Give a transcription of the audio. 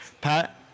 Pat